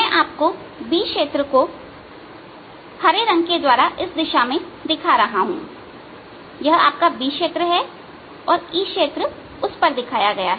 मैं आपको B क्षेत्र को हरे रंग के द्वारा इस दिशा में दिखा रहा हूं तो यह B क्षेत्र और E क्षेत्र उस पर दिखाया गया है